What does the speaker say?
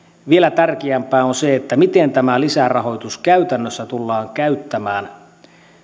vielä tärkeämpää on se miten tämä lisärahoitus käytännössä tullaan käyttämään